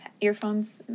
earphones